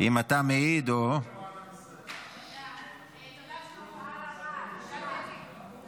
אני מעיד על מיכל שהיא עושה אגב דברים שאף אחד לא יודע.